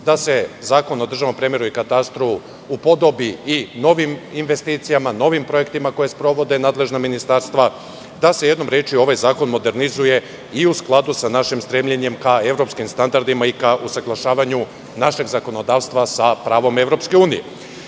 da se Zakon o državnom premeru i katastru upodobi i novim investicijama, novim projektima koje sprovode nadležna ministarstva, da se jednom rečju ovaj zakon modernizuje i u skladu sa našim stremljenjem ka evropskim standardima i ka usaglašavanju našeg zakonodavstva sa pravom EU.Podsetiću